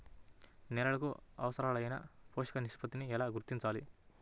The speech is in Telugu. నేలలకు అవసరాలైన పోషక నిష్పత్తిని ఎలా గుర్తించాలి?